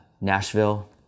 Nashville